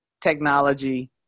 technology